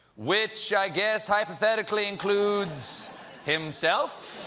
which i guess hypothetically includes himself.